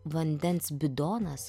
vandens bidonas